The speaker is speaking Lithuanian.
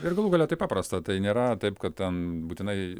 ir galų gale tai paprasta tai nėra taip kad ten būtinai